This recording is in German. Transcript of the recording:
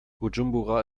bujumbura